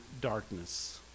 darkness